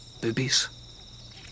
Boobies